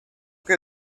que